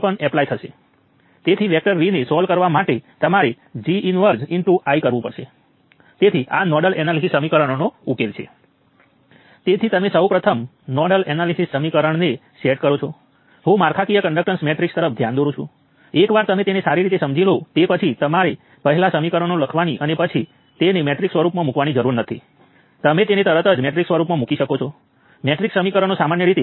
હવે બાકીનું ખૂબ જ સરળ છે કરંટ સોર્સના કરંટો જે આપણે પહેલાથી જ જાણીએ છીએ અને આ રઝિસ્ટર દ્વારા કરંટ 3 મિલી એમ્પીયર હશે તેમાંથી કરંટ 16 બાય 4 હશે જે 4 મિલી એમ્પીયર છે અને તેમાં કરંટ 10 મિલી એમ્પીયર હશે અને તમે દરેક નોડ ઉપર કિર્ચોફ કરંટ લૉને ઝડપથી ચકાસી શકો છો અને તે માન્ય રહેશે